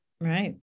Right